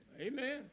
Amen